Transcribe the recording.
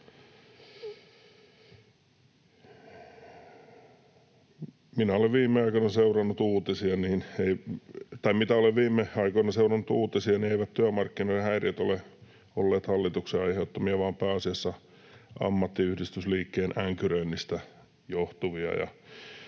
Mitä olen viime aikoina seurannut uutisia, niin eivät työmarkkinoiden häiriöt ole olleet hallituksen aiheuttamia vaan pääasiassa ammattiyhdistysliikkeen änkyröinnistä johtuvia.